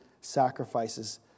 sacrifices